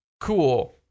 cool